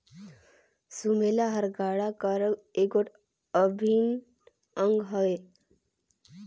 सुमेला हर गाड़ा कर एगोट अभिन अग हवे